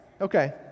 Okay